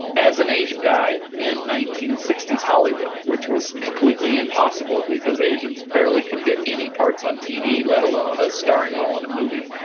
as an asian guy in nineteen sixty s hollywood, which was completely impossible because asians barely could get any parts on tv let alone a starring role in a movie.